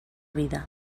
vida